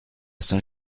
saint